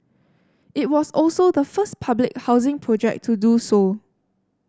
it was also the first public housing project to do so